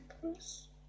Plus